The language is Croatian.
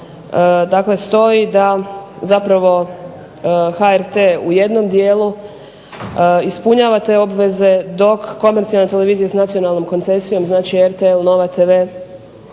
dakle stoji da zapravo HRT u jednom dijelu ispunjava te obveze, dok komercijalne televizije s nacionalnom koncesijom znači RTL, Nova tv,